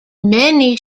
many